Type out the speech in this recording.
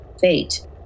Fate